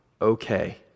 okay